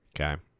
Okay